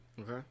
Okay